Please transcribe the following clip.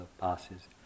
passes